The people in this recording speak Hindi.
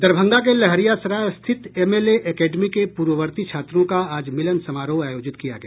दरभंगा के लहरियासराय स्थित एमएलए एकेडमी के पूर्ववर्ती छात्रों का आज मिलन समारोह आयोजित किया गया